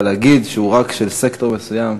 אבל להגיד שהוא רק של סקטור מסוים,